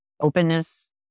openness